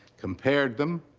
compared them.